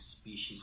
species